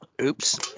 oops